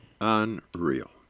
Unreal